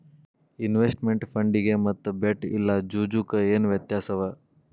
Investment ಫಂಡಿಗೆ ಮತ್ತ bet ಇಲ್ಲಾ ಜೂಜು ಕ ಏನ್ ವ್ಯತ್ಯಾಸವ?